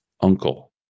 uncle